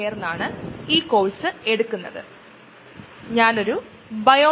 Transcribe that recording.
കൂടാതെ ഒരു പഴയ പുസ്തകം ഉണ്ട് വളരെ പഴയത് 86 അത് ബെയ്ലി ആൻഡ് ഒല്ലിസ് ആണ്